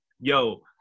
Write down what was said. yo